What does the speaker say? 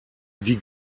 die